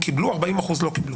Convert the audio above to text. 40% לא קיבלו.